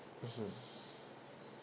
mmhmm